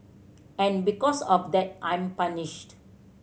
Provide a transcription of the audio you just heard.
and because of that I'm punished